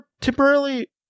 temporarily